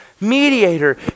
mediator